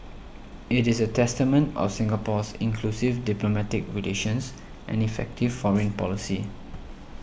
it is a testament of Singapore's inclusive diplomatic relations and effective foreign policy